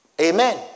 Amen